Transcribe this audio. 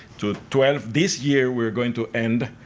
to twelve. this year we're going to end,